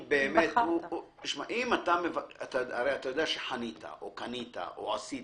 הרי אתה יודע שקנית, שחנית, שעשית.